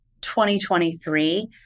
2023